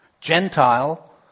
Gentile